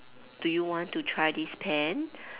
do you want to try this pen